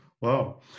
Wow